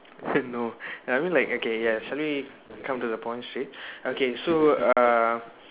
no I mean like okay ya so let me come to the point straight okay so uh